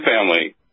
family